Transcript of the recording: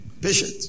Patient